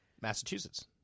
Massachusetts